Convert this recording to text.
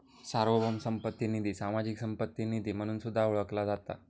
सार्वभौम संपत्ती निधी, सामाजिक संपत्ती निधी म्हणून सुद्धा ओळखला जाता